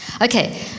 okay